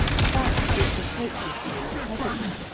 a fact which approaches the incredible.